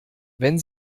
wenn